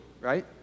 right